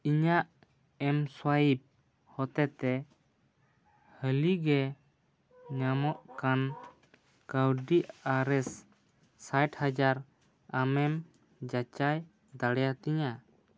ᱤᱧᱟᱜ ᱮᱢᱥᱳᱣᱟᱭᱤᱯ ᱦᱚᱛᱮᱛᱮ ᱦᱟᱹᱞᱤᱜᱮ ᱧᱟᱢᱚᱜ ᱠᱟᱱ ᱠᱟᱹᱣᱰᱤ ᱟᱨ ᱮᱥ ᱥᱟᱴ ᱦᱟᱡᱟᱨ ᱟᱢᱮᱢ ᱡᱟᱪᱟᱭ ᱫᱟᱲᱮᱭᱟᱛᱤᱧᱟ